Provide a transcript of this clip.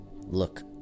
look